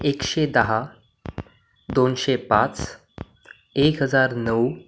एकशे दहा दोनशे पाच एक हजार नऊ